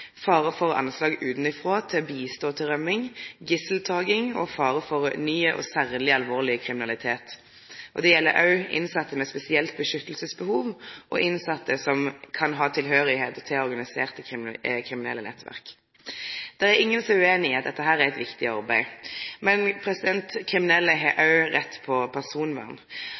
fare for anslag utanfrå for å bistå til rømming, gisseltaking og fare for ny og særleg alvorleg kriminalitet. Det gjeld òg innsette med spesielt beskyttelsesbehov og innsette som kan ha tilhørsel til organiserte kriminelle nettverk. Det er ingen som er ueinig i at dette er eit viktig arbeid. Men kriminelle har òg rett på personvern,